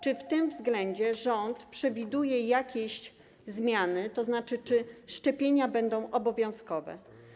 Czy w tym względzie rząd przewiduje jakieś zmiany, to znaczy, czy szczepienia będą obowiązkowe?